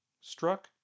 struck